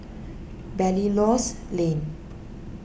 Belilios Lane